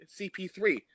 CP3